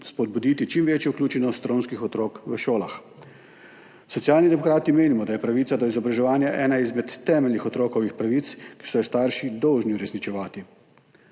spodbuditi čim večjo vključenost romskih otrok v šolah. Socialni demokrati menimo, da je pravica do izobraževanja ena izmed temeljnih otrokovih pravic, ki so jo starši dolžni uresničevati.